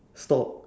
stop